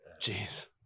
Jeez